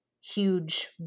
huge